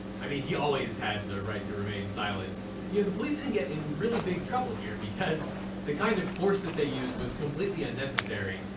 i mean he always had the right to remain silent. you know the police can get in really big trouble here because the kind of force that they used was completely unnecessary.